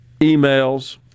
emails